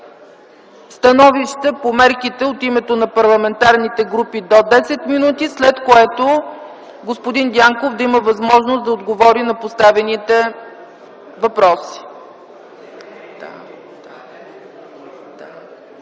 становища по мерките от името на парламентарните групи – до 10 минути, след което господин Дянков да има възможност да отговори на поставените въпроси. Гласували